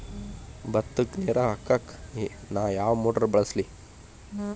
ಭತ್ತಕ್ಕ ನೇರ ಹಾಕಾಕ್ ನಾ ಯಾವ್ ಮೋಟರ್ ಬಳಸ್ಲಿ?